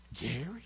Gary